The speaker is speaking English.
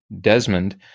Desmond